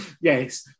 Yes